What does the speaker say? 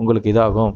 உங்களுக்கு இதாகும்